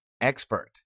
expert